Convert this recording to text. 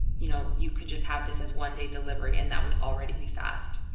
you know, you could just have this as one day delivery and that would already be fast.